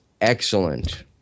Excellent